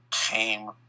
came